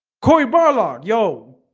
koib ah our lord, yo.